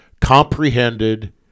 comprehended